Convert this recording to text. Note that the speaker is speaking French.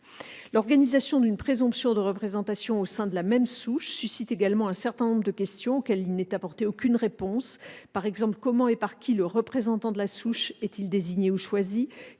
L'organisation d'une présomption de représentation au sein de la même souche suscite également un certain nombre de questions auxquelles il n'est apporté aucune réponse. Par exemple, comment et par qui le représentant de la souche est-il désigné ou choisi ?